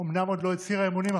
אומנם היא עוד לא הצהירה אמונים,